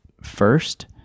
first